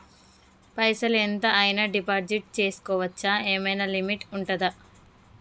పైసల్ ఎంత అయినా డిపాజిట్ చేస్కోవచ్చా? ఏమైనా లిమిట్ ఉంటదా?